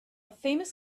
famous